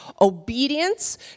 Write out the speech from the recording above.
obedience